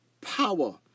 power